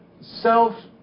self